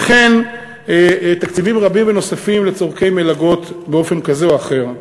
וכן תקציבים רבים ונוספים לצורכי מלגות באופן כזה או אחר.